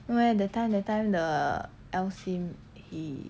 no eh that time that time the L sim yi